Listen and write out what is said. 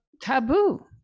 taboo